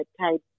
type